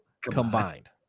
combined